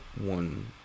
one